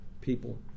people